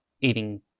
eating